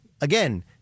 again